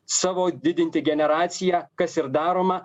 savo didinti generaciją kas ir daroma